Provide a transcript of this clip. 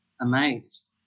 amazed